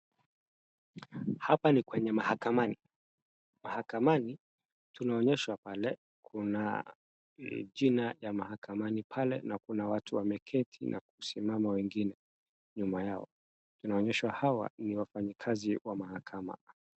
Hapa ni kwenye mahakamani. Mahakamani tunaonyeshwa pale kuna jina ya mahakamani pale na kuna watu wameketi na kusimama wengine nyuma yao. Inaonyeshwa hawa ni wafanyikazi wa mahakama.